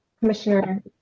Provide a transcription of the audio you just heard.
Commissioner